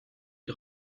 ils